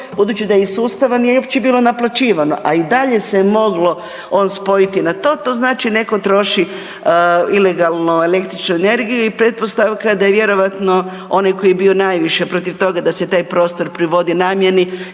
budući da je iz sustava nije uopće bilo naplaćivano, a i dalje se je moglo on spojiti na to, to znači netko troši ilegalno električnu energiju i pretpostavka je da je vjerojatno onaj tko je bio najviše protiv toga da se taj prostor privodi namjeni